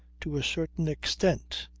to a certain extent.